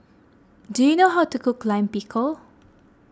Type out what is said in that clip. do you know how to cook Lime Pickle